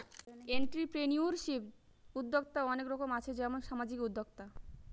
entrepreneurship উদ্যক্তা অনেক রকম আছে যেমন সামাজিক উদ্যোক্তা